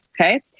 okay